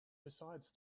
besides